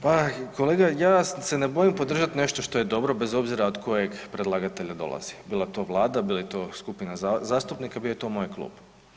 Pa kolega, ja se ne bojim podržati nešto što je dobro, bez obzira od kojeg predlagatelja dolazi, bila to Vlada, bila to skupina zastupnika, bio to moj klub.